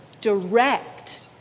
direct